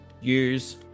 use